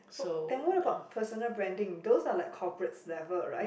then what about personal branding those are like coorporate's level right